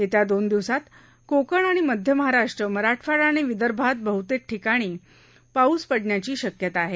येत्या दोन दिवसात कोकण मध्य महाराष्ट्र मराठवाडा आणि विदर्भात बहतेक सर्व ठिकाणी पाऊस पडण्याची शक्यता आहे